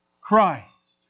Christ